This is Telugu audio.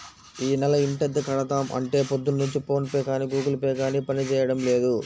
యీ నెల ఇంటద్దె కడదాం అంటే పొద్దున్నుంచి ఫోన్ పే గానీ గుగుల్ పే గానీ పనిజేయడం లేదు